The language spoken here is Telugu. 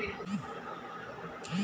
యూ.పీ.ఐ ద్వారా డబ్బు ఇతరులకు పంపవచ్చ?